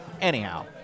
anyhow